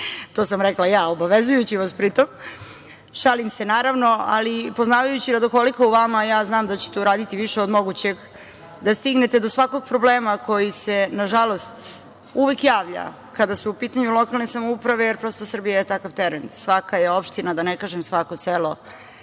to sam rekla ja, obavezujući vas pri tom. Šalim se, naravno. Ali, poznavajući radoholika u vama, ja znam da ćete uraditi više od mogućeg da stignete do svakog problema koji se, nažalost, uvek javlja kada su u pitanju lokalne samouprave, jer, prosto, Srbija je takav teren, svaka je opština, da ne kažem svako selo,